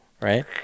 right